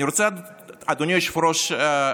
אדוני היושב-ראש,